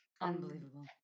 Unbelievable